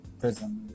prison